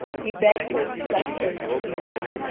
he begged her with such urgency that,